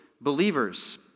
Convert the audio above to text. believers